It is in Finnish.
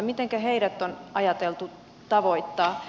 mitenkä heidät on ajateltu tavoittaa